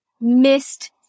missed